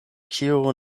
kiu